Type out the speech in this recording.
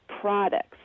products